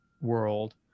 world